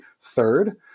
third